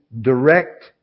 direct